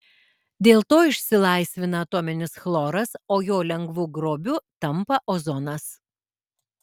dėl to išsilaisvina atominis chloras o jo lengvu grobiu tampa ozonas